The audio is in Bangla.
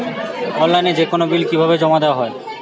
অনলাইনে যেকোনো বিল কিভাবে জমা দেওয়া হয়?